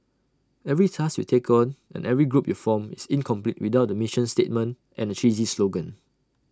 every task you take on and every group you form is incomplete without A mission statement and A cheesy slogan